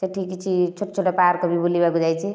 ସେଠି କିଛି ଛୋଟ ଛୋଟ ପାର୍କ ବି ବୁଲିବାକୁ ଯାଇଛି